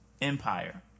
Empire